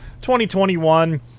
2021